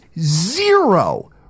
zero